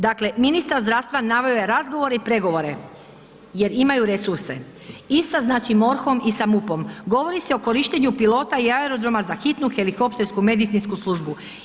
Dakle, ministar zdravstva naveo je razgovore i pregovore jer imaju resurse i sa znači MORH-om i sa MUP-om, govori se o korištenju pilota i aerodroma za hitnu helikoptersku, medicinsku službu.